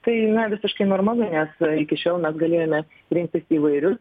tai na visiškai normalu nes iki šiol mes galėjome rinktis įvairius